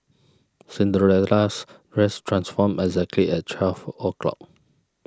Cinderella's dress transformed exactly at twelve O' clock